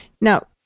Now